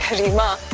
reema,